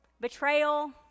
betrayal